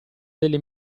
delle